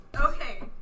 Okay